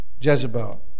Jezebel